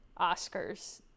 Oscars